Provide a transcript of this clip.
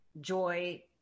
joy